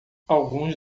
alguns